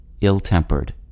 ill-tempered